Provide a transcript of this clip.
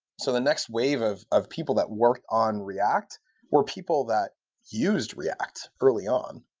so the next wave of of people that work on react were people that used react early on.